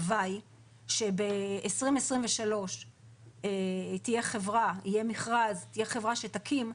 שב-2023 יהיה מכרז ותהיה חברה שתקים,